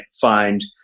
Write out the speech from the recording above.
find